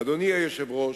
אדוני היושב-ראש,